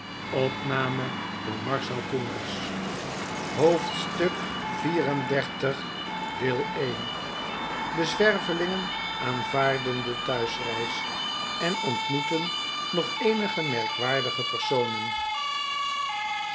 hoofdstuk xxxiv de zwervelingen aanvaarden de thuisreis en ontmoeten nog eenige merkwaardige personen